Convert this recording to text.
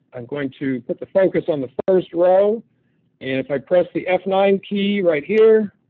i'm going to put the focus on the first row and if i press the f nine key right here